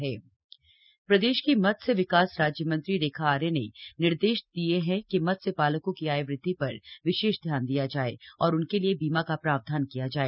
रेखा आर्य मत्स्य प्रदेश की मत्स्य विकास राज्यमंत्री स्वतंत्र प्रभार रेखा आर्या ने निर्देश दिये हैं कि मत्स्य पालको की आय वृद्धि पर विशेष ध्यान दिया जाए और उनके लिए बीमा का प्रावधान किया जाए